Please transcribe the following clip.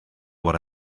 what